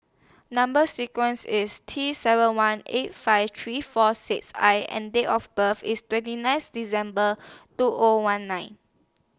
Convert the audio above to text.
Number sequence IS T seven one eight five three four six I and Date of birth IS twenty ninth December two O one nine